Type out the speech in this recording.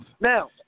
Now